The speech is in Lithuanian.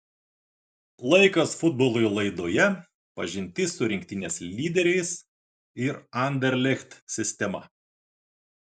laikas futbolui laidoje pažintis su rinktinės lyderiais ir anderlecht sistema